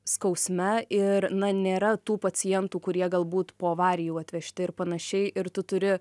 skausme ir na nėra tų pacientų kurie galbūt po avarijų atvežti ir panašiai ir tu turi